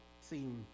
seem